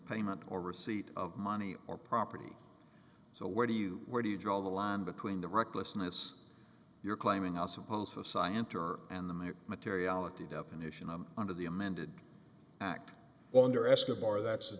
payment or receipt of money or property so where do you where do you draw the line between the recklessness you're claiming also the scienter and the materiality definition of under the amended act wonder escobar that's